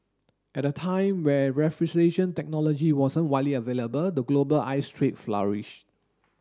at a time when refrigeration technology wasn't widely available the global ice trade flourish